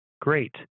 great